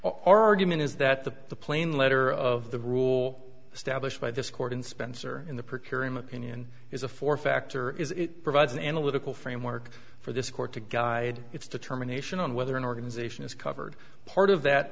our argument is that the the plane letter of the rule established by this court and spencer in the per curiam opinion is a four factor is it provides an analytical framework for this court to guide its determination on whether an organization is covered part of that